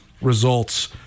results